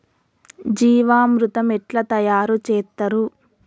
జీవామృతం ఎట్లా తయారు చేత్తరు?